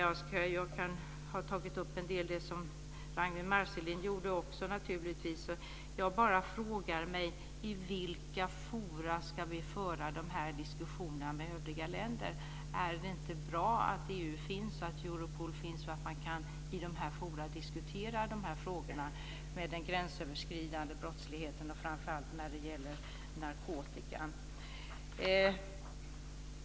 Jag kan ta upp en del av det som också Ragnwi Marcelind nämnde. Jag frågar mig bara: I vilka forum ska vi föra diskussionerna med övriga länder? Är det inte bra att EU finns och att Europol finns och att man i dessa forum kan diskutera frågorna om den gränsöverskridande brottsligheten och framför allt när det gäller narkotika?